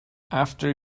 after